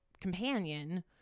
companion